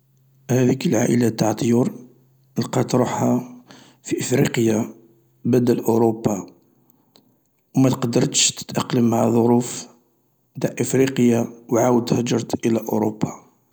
هذيك العائلة انتاع الطيور القاتو روحها في افريقيا بدل اروبا، و مقدرتش تتأقلم مع ظروف افريقيا وعاودت رجعت الى اوروبا.